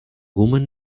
woman